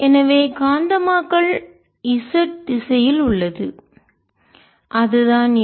எனவே காந்தமாக்கல் z திசையில் உள்ளது அதுதான் இது